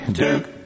duke